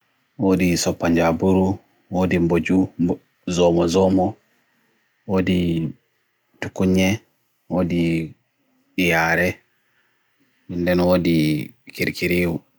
wo di so panjaburu, wo di boju, zomo, zomo, wo di dukunye, wo di iyare, wo di kirikiriyu.